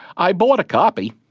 i bought a copy.